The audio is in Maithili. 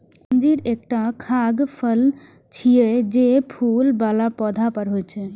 अंजीर एकटा खाद्य फल छियै, जे फूल बला पौधा पर होइ छै